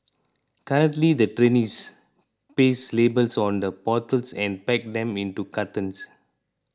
currently the trainees paste labels on the bottles and pack them into cartons